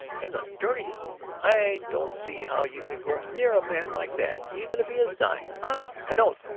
and the dirtiest? i don't see how you can go near a man like that, even if he is dying honestly i don't.